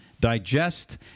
digest